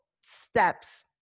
steps